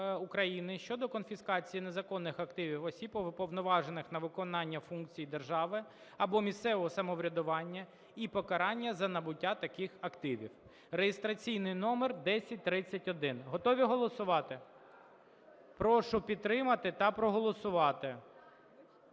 щодо конфіскації незаконних активів осіб, уповноважених на виконання функцій держави або місцевого самоврядування, і покарання за набуття таких активів (реєстраційний номер 1031). Готові голосувати? Прошу підтримати та проголосувати.